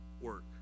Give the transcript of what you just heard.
work